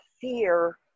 fear